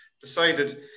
decided